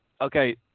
okay